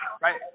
right